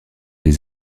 des